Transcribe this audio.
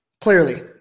Clearly